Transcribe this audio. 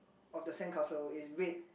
of the sand castle it's weight